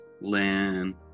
Lynn